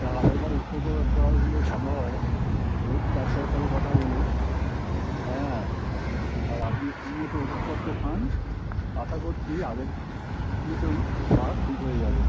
তা আর একবার এক্সরে কর করালে ভালো হয় দেখছি ডাক্তারের সঙ্গে কথা বলে হ্যাঁ আর আপনি শুধু তো ওষুধপত্র খান আসা করছি আগের মতোই কাঁধ ঠিক হয়ে যাবে